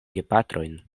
gepatrojn